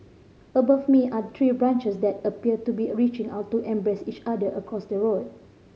above me are tree branches that appear to be a reaching out to embrace each other across the road